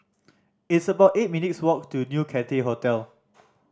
it's about eight minutes' walk to New Cathay Hotel